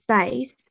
space